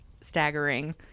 staggering